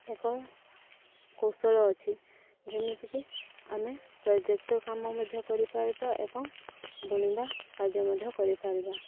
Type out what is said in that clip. ଏକ କୌଶଳ ଅଛି ଯେମିତିକି ଆମେ ପ୍ରୋଜେକ୍ଟର୍ କାମ ମଧ୍ୟ କରିପାରିବା ଏବଂ ବୁଣିବା କାର୍ଯ୍ୟ ମଧ୍ୟ କରିପାରିବା